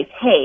hey